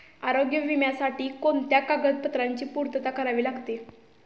आरोग्य विम्यासाठी कोणत्या कागदपत्रांची पूर्तता करावी लागते?